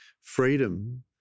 freedom